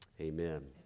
amen